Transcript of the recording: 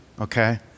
okay